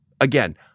Again